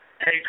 Hey